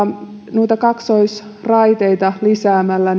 noita kaksoisraiteita lisäämällä